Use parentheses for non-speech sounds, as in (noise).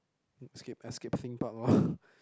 escape Escape-Theme-Park lor (breath)